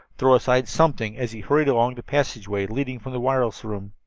throw aside something as he hurried along the passageway leading from the wireless room.